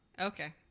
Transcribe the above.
okay